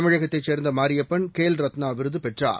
தமிழகத்தைச் சேர்ந்த மாரியப்பன் கேல்ரத்னா விருது பெற்றார்